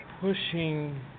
pushing